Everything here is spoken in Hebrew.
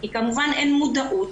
כי כמובן אין מודעות,